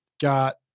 got